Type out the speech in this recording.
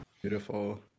Beautiful